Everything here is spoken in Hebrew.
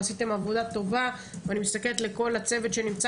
ועשיתם עבודה טובה ואני מסתכלת לכל הצוות שנמצא